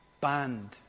banned